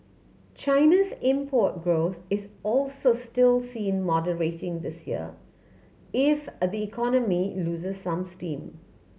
China's import growth is also still seen moderating this year if the economy loses some steam